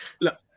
Look